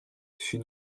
fut